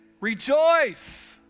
rejoice